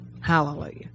Hallelujah